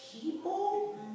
people